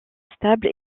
stable